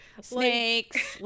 Snakes